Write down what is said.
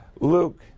Luke